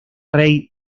rey